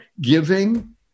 giving